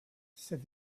said